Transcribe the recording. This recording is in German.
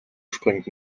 springt